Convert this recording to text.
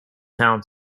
town